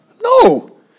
No